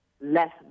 less